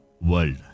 world